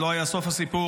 לא היה סוף הסיפור.